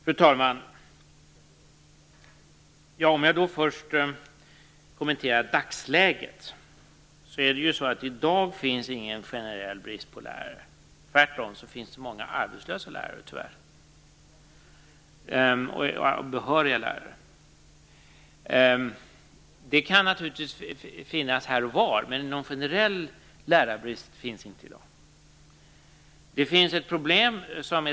Fru talman! Låt mig först kommentera dagsläget. I dag finns det ingen generell brist på lärare. Tvärtom finns det tyvärr många arbetslösa behöriga lärare. Det kan naturligtvis här och var finnas en lärarbrist, men det råder i dag inte någon generell lärarbrist.